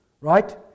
Right